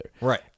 Right